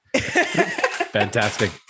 Fantastic